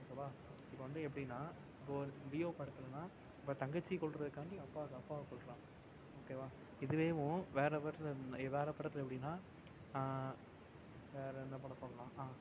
ஓகேவா இப்போ வந்து எப்படின்னா இப்போது லியோ படத்துலலாம் இப்போ தங்கச்சியை கொல்லுறதுக்காண்டி அப்பாவை அப்பாவைக் கொல்கிறான் ஓகேவா இதுவேவும் வேறு வேறு வேறு படத்தில் எப்படின்னால் வேறு என்னப் படம் சொல்லலாம் ஆ